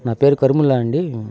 నా పేరు కరముల్లా అండీ